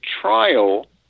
trial